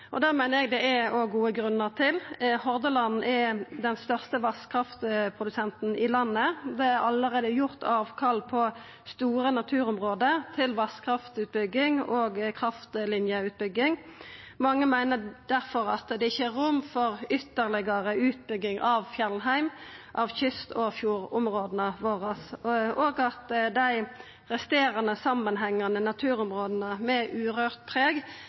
og det meiner eg det òg er gode grunnar til. Hordaland er den største vasskraftprodusenten i landet. Ein har allereie gitt avkall på store naturområde til vasskraftutbygging og kraftlinjeutbygging. Mange meiner difor at det ikkje er rom for ytterlegare utbygging av fjellheimen og av kyst- og fjordområda våre, og at dei resterande samanhengande naturområda med urørt preg,